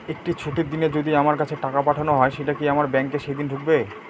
একটি ছুটির দিনে যদি আমার কাছে টাকা পাঠানো হয় সেটা কি আমার ব্যাংকে সেইদিন ঢুকবে?